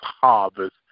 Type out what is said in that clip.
harvest